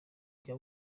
jya